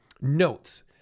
notes